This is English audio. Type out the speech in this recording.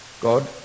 God